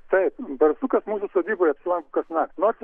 taip barsukas mūsų sodyboje apsilanko kas naktį nors